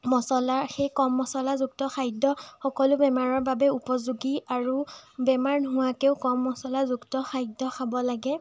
মছলা সেই কম মছলাযুক্ত খাদ্য সকলো বেমাৰৰ বাবে উপযোগী আৰু বেমাৰ নোহোৱাকেও কম মছলাযুক্ত খাদ্য খাব লাগে